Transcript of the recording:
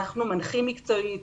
אנחנו מנחים מקצועית,